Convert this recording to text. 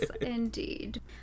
indeed